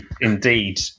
indeed